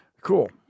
Cool